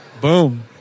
boom